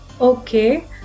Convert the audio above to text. Okay